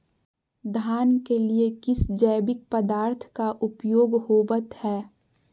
धान के लिए किस जैविक पदार्थ का उपयोग होवत है?